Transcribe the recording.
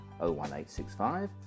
01865